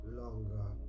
longer